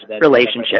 relationship